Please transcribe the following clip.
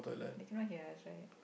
they cannot hear us right